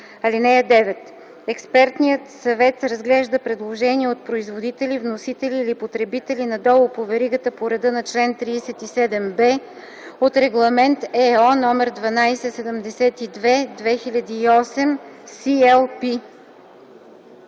(9) Експертният съвет разглежда предложения от производители, вносители или потребители надолу по веригата по реда на чл. 37 (6) от Регламент (ЕО) № 1272/2008 (CLP),